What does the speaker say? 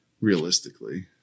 Realistically